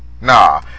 Nah